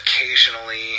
occasionally